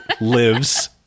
lives